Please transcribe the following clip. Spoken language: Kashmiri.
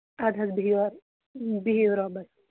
اَدٕ حظ بِہِو حظ بِہِو رۄبَس